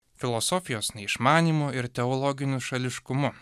filosofijos neišmanymu ir teologiniu šališkumu